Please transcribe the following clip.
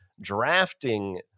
drafting